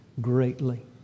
greatly